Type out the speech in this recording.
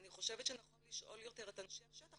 אני חושבת שנכון יותר לשאול את אנשי השטח